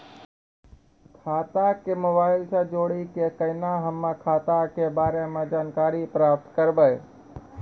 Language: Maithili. खाता के मोबाइल से जोड़ी के केना हम्मय खाता के बारे मे जानकारी प्राप्त करबे?